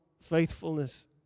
faithfulness